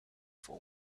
for